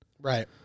Right